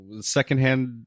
secondhand